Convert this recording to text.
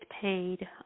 paid